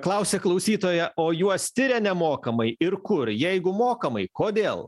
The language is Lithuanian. klausia klausytoja o juos tiria nemokamai ir kur jeigu mokamai kodėl